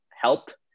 helped